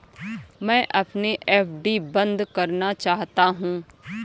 मैं अपनी एफ.डी बंद करना चाहता हूँ